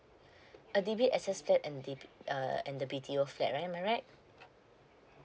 uh D_B_S_S flat and the err and the B_T_O flat right am I right